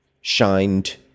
shined